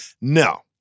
no